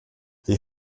the